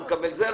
לא מקבל זה,